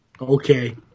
Okay